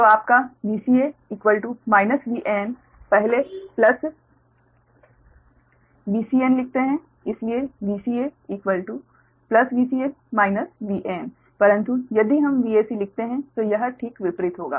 तो आपका Vca Van पहले प्लस Vcn लिखते है इसलिए Vca Vcn - Van परंतु यदि हम Vac लिखेंगे तो यह ठीक विपरीत होगा